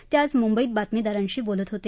ते आज मुंबईत बातमीदारांशी बोलत होते